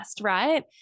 right